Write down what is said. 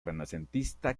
renacentista